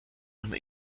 and